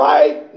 Right